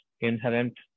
inherent